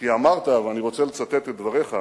כי אמרת, ואני רוצה לצטט את דבריך: